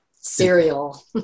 Cereal